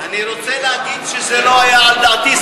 אני רוצה להגיד שזה לא היה על דעתי,